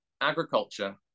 agriculture